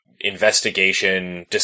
investigation